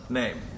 name